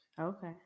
Okay